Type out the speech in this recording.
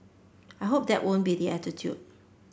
I hope that won't be the attitude